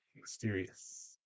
Mysterious